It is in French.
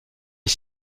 est